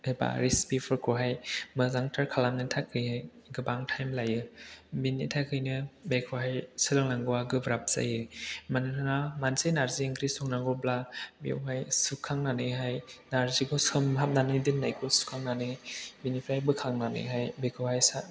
एबा रेसिपिफोरखौहाय मोजांथार खालामनो थाखायहाय गोबां टाइम लायो बेनि थाखायनो बेखौहाय सोलोंनांगौवा गोब्राब जायो मानोना मोनसे नारजि ओंख्रि संनांगौब्ला बेवहाय सुखांनानैहाय नारजिखौ सोमहाबनानै दोननायखौ सुखांनानै बिनिफ्राय बोखांनानैहाय बेखौहाय